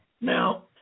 now